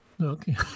Okay